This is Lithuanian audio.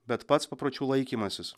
bet pats papročių laikymasis